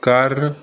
ਕਰ